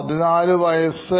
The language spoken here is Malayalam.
14വയസ്